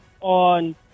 on